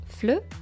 Fleu